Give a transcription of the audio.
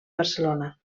barcelona